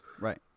Right